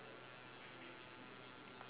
is next to the blue colour